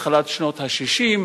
תחילת שנות ה-60.